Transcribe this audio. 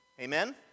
Amen